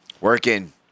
Working